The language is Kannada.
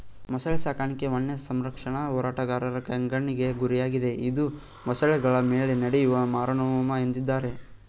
ಮೊಸಳೆ ಸಾಕಾಣಿಕೆ ವನ್ಯಸಂರಕ್ಷಣಾ ಹೋರಾಟಗಾರರ ಕೆಂಗಣ್ಣಿಗೆ ಗುರಿಯಾಗಿದೆ ಇದು ಮೊಸಳೆಗಳ ಮೇಲೆ ನಡೆಯುವ ಮಾರಣಹೋಮ ಎಂದಿದ್ದಾರೆ